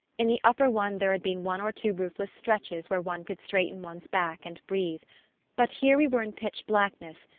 in the upper one there had been one or two roofless stretches where one could straighten one's back and breathe but here we were in pitch blackness,